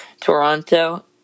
Toronto